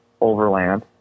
Overland